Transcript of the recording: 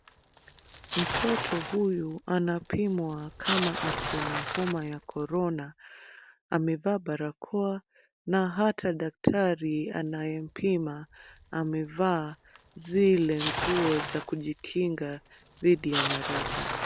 Mtoto huyu anapimwa kama ako na homa ya Corona. Amevaa barakoa na hata daktari anayempima amevaa zile nguo za kujikinga dhidi ya maradhi.